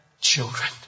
children